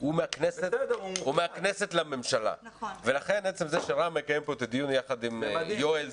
הוא מהכנסת לממשלה ולכן עצם זה שרם מקיים פה את הדיון יחד עם יואל,